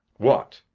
what?